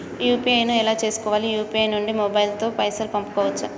UPI ను ఎలా చేస్కోవాలి యూ.పీ.ఐ నుండి మొబైల్ తో పైసల్ పంపుకోవచ్చా?